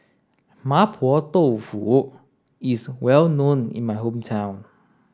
Mapo Tofu is well known in my hometown